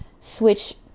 switch